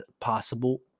possible